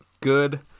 good